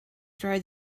throw